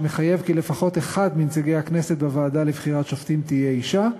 שמחייב כי לפחות אחד מנציגי הכנסת בוועדה לבחירת שופטים יהיה אישה,